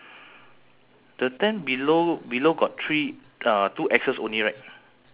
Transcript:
no the the h~ the the house the snacks ah